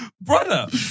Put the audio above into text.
Brother